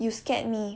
you scared me